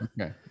Okay